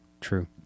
true